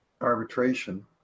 arbitration